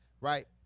right